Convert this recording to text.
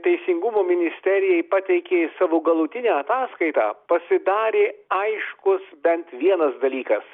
teisingumo ministerijai pateikė savo galutinę ataskaitą pasidarė aiškus bent vienas dalykas